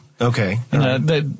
Okay